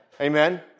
Amen